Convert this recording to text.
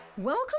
Welcome